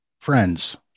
Friends